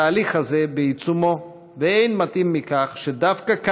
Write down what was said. התהליך הזה בעיצומו, ואין מתאים מכך שדווקא כאן,